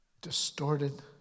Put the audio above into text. distorted